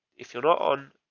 if you're not on